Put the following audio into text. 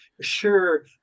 Sure